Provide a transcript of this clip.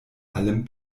allem